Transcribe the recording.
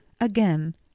again